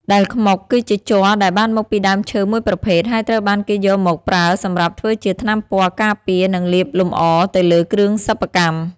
ដែលខ្មុកគឺជាជ័រដែលបានមកពីដើមឈើមួយប្រភេទ ហើយត្រូវបានគេយកមកប្រើសម្រាប់ធ្វើជាថ្នាំពណ៌ការពារ និងលាបលម្អទៅលើគ្រឿងសិប្បកម្ម។